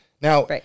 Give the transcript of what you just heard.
Now